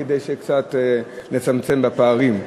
כדי שקצת נצמצם פערים.